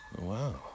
Wow